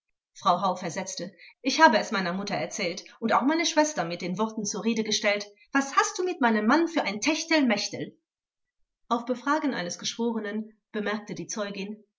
frau hau versetzte ich habe es meiner mutter erzählt und auch meine schwester mit den worten zur rede gestellt was hast du mit meinem mann für ein techtelmechtel auf befragen eines geschworenen bemerkte die